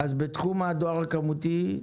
בתחום הדואר הכמותי,